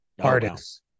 artists